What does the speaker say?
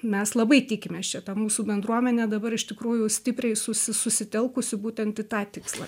mes labai tikimės čia ta mūsų bendruomenė dabar iš tikrųjų stipriai susi susitelkusi būtent į tą tikslą